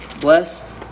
Blessed